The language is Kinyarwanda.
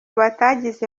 batagize